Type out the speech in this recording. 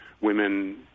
women